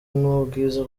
n’ubwiza